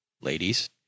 ladies